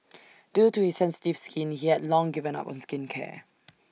due to his sensitive skin he had long given up on skincare